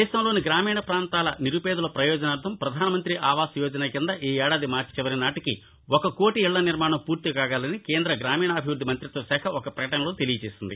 దేశంలోని గ్రామీణ పాంతాల్లోని నిరుపేదల ప్రయోజనార్థం ప్రధానమంత్రి ఆవాస్ యోజన కింద ఈ ఏడాది మార్చినాటికి ఒక కోటి ఇళ్ళ నిర్మాణం పూర్తి కాగలదని కేంద్ర గ్రామీణాభివృద్ది మంతిత్వ శాఖ ఒక ప్రకటనలో తెలియజేసింది